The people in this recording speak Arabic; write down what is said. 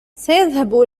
سيذهب